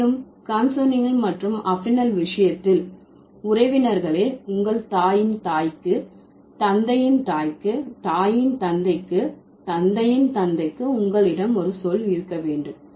மேலும் கான்சாங்குனியல் மற்றும் அஃபினல் விஷயத்தில் உறவினர்களே உங்கள் தாயின் தாய்க்கு தந்தையின் தாய்க்கு தாயின் தந்தைக்கு தந்தையின் தந்தைக்கு உங்களிடம் ஒரு சொல் இருக்க வேண்டும்